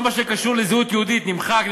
את כל מה שקשור לזהות יהודית נמחק,